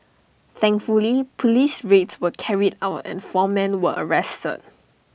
thankfully Police raids were carried out and four men were arrested